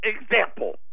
example